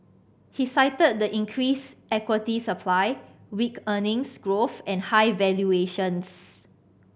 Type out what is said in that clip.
he cited the increased equity supply weak earnings growth and high valuations